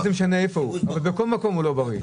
סוכר, לא משנה מאיפה הוא, בכל מקום הוא לא בריא.